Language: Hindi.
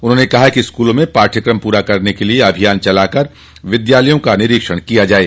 उन्होंने कहा कि स्कूलों में पाठ्यक्रम पूरा करने के लिए अभियान चलाकर विद्यालयों का निरीक्षण किया जाये